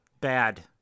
bad